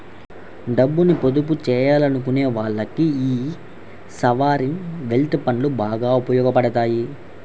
డబ్బుని పొదుపు చెయ్యాలనుకునే వాళ్ళకి యీ సావరీన్ వెల్త్ ఫండ్లు బాగా ఉపయోగాపడతాయి